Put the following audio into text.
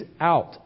out